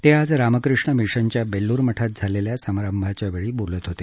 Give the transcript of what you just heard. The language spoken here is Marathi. ते आज रामकृष्ण मिशनच्या बेल्लूर मठात झालेल्या समारंभावेळी बोलत होते